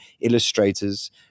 illustrators